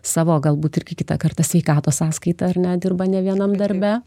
savo galbūt ir kai kitą kartą sveikatos sąskaita ar ne dirba ne vienam darbe